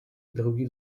drugi